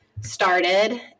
started